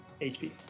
HP